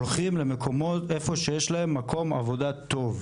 הולכים למקומות איפה שיש להם מקום עבודה טוב.